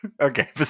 Okay